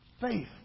Faith